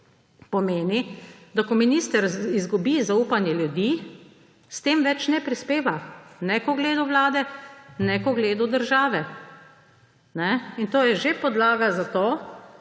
pomeni, da ko minister izgubi zaupanje ljudi, s tem ne prispeva več ne k ugledu Vlade ne k ugledu države, in to je že podlaga za to,